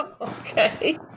Okay